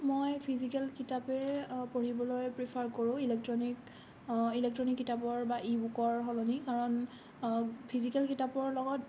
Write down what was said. মই ফিজিকেল কিতাপেই পঢ়িবলৈ প্ৰিফাৰ কৰোঁ ইলেক্ট্ৰনিক ইলেক্ট্ৰনিক কিতাপৰ বা ই বুকৰ সলনি কাৰণ ফিজিকেল কিতাপৰ লগত